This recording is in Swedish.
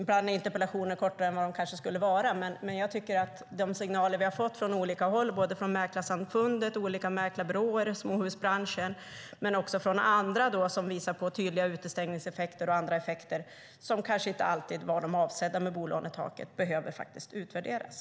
Ibland kanske interpellationerna är kortare än de skulle vara, men jag tycker att de signaler vi har fått från olika håll - från Mäklarsamfundet, olika mäklarbyråer, småhusbranschen och också från andra - visar på att tydliga utestängningseffekter och andra effekter som kanske inte alltid var de avsedda med bolånetaket faktiskt behöver utvärderas.